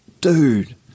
dude